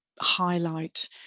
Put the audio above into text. highlight